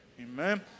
Amen